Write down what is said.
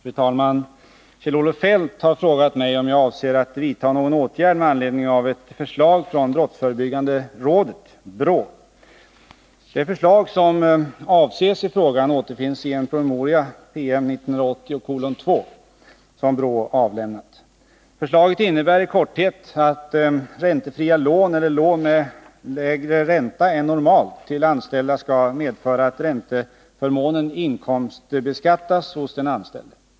Fru talman! Kjell-Olof Feldt har frågat mig om jag avser att vidta någon åtgärd med anledning av ett förslag från brottsförebyggande rådet . Det förslag som avses i frågan återfinns i en promemoria som BRÅ avlämnat. Förslaget innebär i korthet att räntefria lån eller lån med lägre ränta än normalt till anställda skall medföra att ränteförmånen inkomstbeskattas hos den anställde.